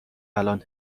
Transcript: الان